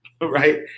right